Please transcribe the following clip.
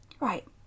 Right